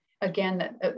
Again